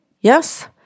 Yes